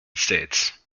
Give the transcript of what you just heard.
states